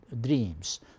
dreams